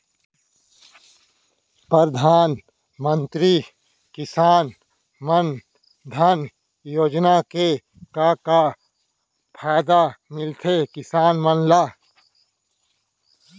परधानमंतरी किसान मन धन योजना के का का फायदा मिलथे किसान मन ला?